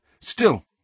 Still